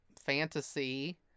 fantasy